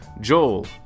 Joel